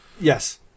Yes